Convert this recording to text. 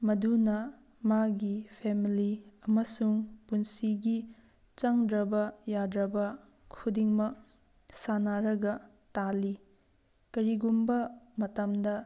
ꯃꯗꯨꯅ ꯃꯥꯒꯤ ꯐꯦꯃꯤꯂꯤ ꯑꯃꯁꯨꯡ ꯄꯨꯟꯁꯤꯒꯤ ꯆꯪꯗ꯭ꯔꯕ ꯌꯥꯗ꯭ꯔꯕ ꯈꯨꯗꯤꯡꯃꯛ ꯁꯥꯟꯅꯔꯒ ꯇꯥꯜꯂꯤ ꯀꯔꯤꯒꯨꯝꯕ ꯃꯇꯝꯗ